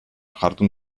jardun